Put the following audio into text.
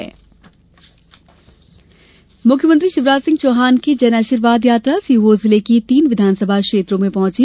जन आशीर्वाद मुख्यमंत्री शिवराज सिंह चौहान की जन आशीर्वाद यात्रा सीहोर जिले की तीन विधानसभा क्षेत्रों में पहंची